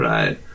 Right